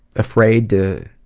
afraid to